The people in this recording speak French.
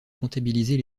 comptabiliser